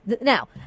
Now